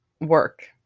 work